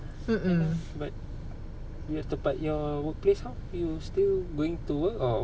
mm mm